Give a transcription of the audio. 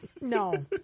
No